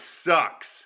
sucks